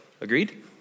Agreed